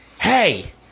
Hey